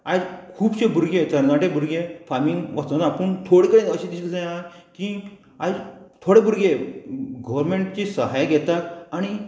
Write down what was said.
आयज खुबशे भुरगे तरणाटे भुरगे फार्मींग वचोनात पूण थोडे कडेन अशें दिसता आहा की आयज थोडे भुरगे गोवोरमेंटची सहाय घेता आनी